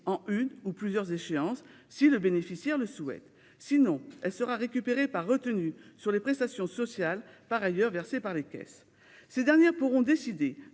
en une ou plusieurs échéances si le bénéficiaire le souhaite. Sinon, elle sera récupérée par retenues sur les prestations sociales par ailleurs versées par les caisses. Ces dernières pourront décider